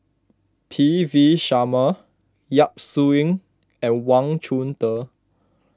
P V Sharma Yap Su Yin and Wang Chunde